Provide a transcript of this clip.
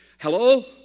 Hello